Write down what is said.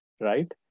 right